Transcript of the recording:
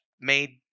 made